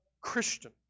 Christian